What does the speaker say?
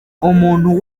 umuntu